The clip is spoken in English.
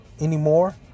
anymore